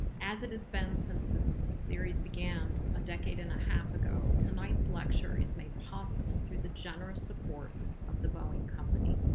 as it has been since this series began a decade and a half ago, tonight's lecture is made possible through the generous support of the boeing company.